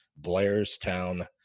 blairstown